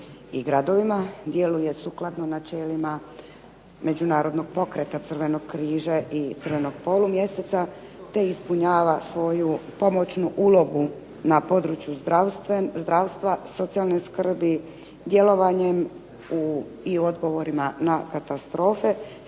i gradovima, djeluje sukladno načelima međunarodnog pokreta Crvenog križa i Crvenog polumjeseca, te ispunjava svoju pomoćnu ulogu na području zdravstva, socijalne skrbi, djelovanjem u odgovorima na katastrofe,